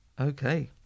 Okay